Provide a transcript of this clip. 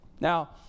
now